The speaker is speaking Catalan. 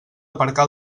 aparcar